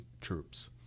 troops